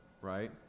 right